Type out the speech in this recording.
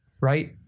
right